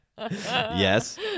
Yes